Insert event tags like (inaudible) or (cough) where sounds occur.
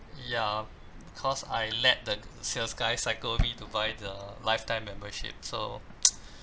ya 'cause I let the sales guy psycho me to buy the lifetime membership so (noise)